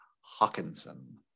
Hawkinson